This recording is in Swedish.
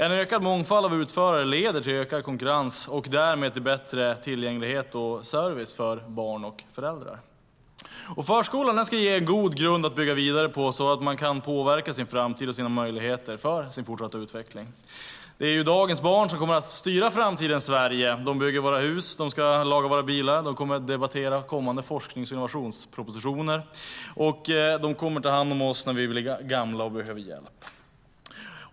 En ökad mångfald av utförare leder till ökad konkurrens och därmed till bättre tillgänglighet och service för barn och föräldrar. Förskolan ska ge en god grund att bygga vidare på så att man kan påverka sin framtid, sina möjligheter och sin fortsatta utveckling. Dagens barn kommer att styra framtidens Sverige. De ska bygga våra hus, laga våra bilar, debattera kommande forsknings och innovationspropositioner och ta hand om oss när vi blir gamla och behöver hjälp.